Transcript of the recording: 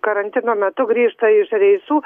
karantino metu grįžta iš reisų